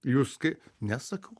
jūs kai ne sakau